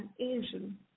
Asian